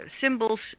symbols